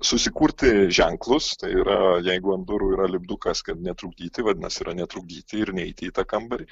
susikurti ženklus tai yra jeigu ant durų yra lipdukas kad netrukdyti vadinasi yra netrukdyti ir neiti į tą kambarį